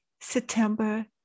September